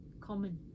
common